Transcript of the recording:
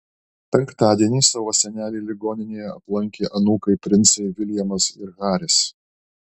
penktadienį savo senelį ligoninėje aplankė anūkai princai viljamas ir haris